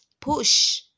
Push